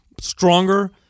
stronger